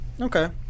Okay